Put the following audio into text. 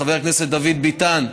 חבר הכנסת דוד ביטן,